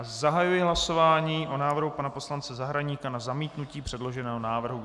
Zahajuji hlasování o návrhu pana poslance Zahradníka na zamítnutí předloženého návrhu.